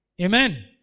Amen